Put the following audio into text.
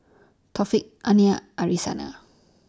Taufik Aina Arissa